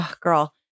Girl